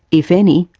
if any,